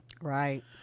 Right